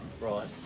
right